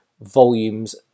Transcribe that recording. volumes